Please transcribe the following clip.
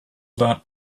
that